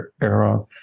era